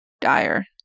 dire